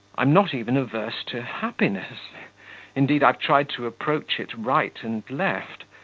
i'm not even averse to happiness indeed, i've tried to approach it right and left.